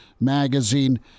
magazine